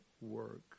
work